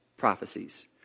Prophecies